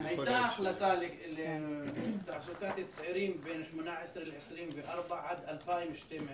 הייתה החלטה על תעסוקת צעירים בני 24-18 עד 2012,